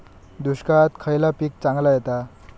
दुष्काळात खयला पीक चांगला येता?